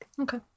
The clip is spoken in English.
Okay